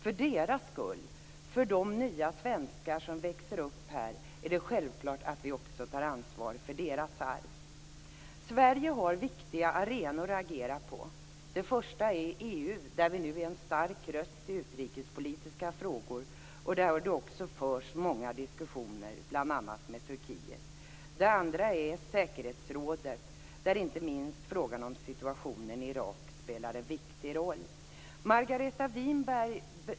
För deras skull, för de nya svenskar som växer upp här, är det självklart att vi också tar ansvar för deras arv. Sverige har viktiga arenor att agera på. Den första är EU, där vi nu är en stark röst i utrikespolitiska frågor. Där förs det också många diskussioner med bl.a. Turkiet. Den andra är säkerhetsrådet, där inte minst frågan om situationen i Irak spelar en viktig roll.